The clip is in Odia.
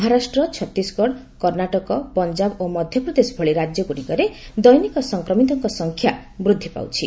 ମହାରାଷ୍ଟ୍ର ଛତିଶଗଡ଼ କର୍ଣ୍ଣାଟକ ପଞ୍ଜାବ ଓ ମଧ୍ୟପ୍ରଦେଶ ଭଳି ରାଜ୍ୟଗୁଡ଼ିକରେ ଦୈନିକ ସଂକ୍ରମିତଙ୍କ ସଂଖ୍ୟା ବୃଦ୍ଧି ପାଉଛି